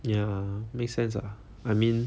ya make sense ah I mean